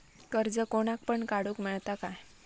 कर्ज कोणाक पण काडूक मेलता काय?